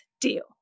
deal